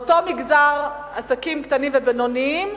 מאותו מגזר של עסקים קטנים ובינוניים,